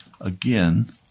Again